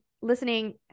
listening